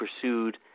pursued